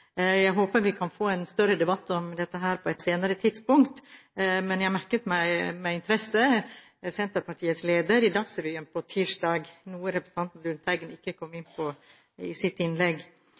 Jeg håper vi kan få en større debatt om dette på et senere tidspunkt, men jeg merket meg med interesse Senterpartiets leder i Dagsrevyen på tirsdag, noe representanten Lundteigen ikke kom inn på i sitt innlegg.